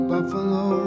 Buffalo